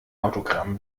autogramm